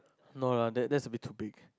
no no that's a bit too big